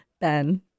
Ben